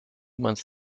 months